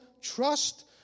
trust